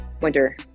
Winter